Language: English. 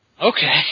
Okay